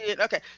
Okay